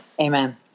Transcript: Amen